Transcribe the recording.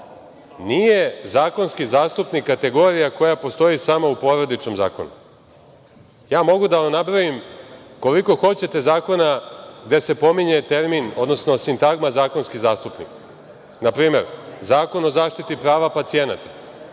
Nije zakonski zastupnik kategorija koja postoji samo u Porodičnom zakonu. Mogu da vam nabrojim koliko hoćete zakona gde se pominje termin, odnosno sintagma zakonski zastupnik, npr. Zakon o zaštiti prava pacijenata